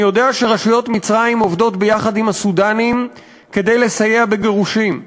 אני יודע שרשויות מצרים עובדות ביחד עם הסודאנים כדי לסייע בגירושים.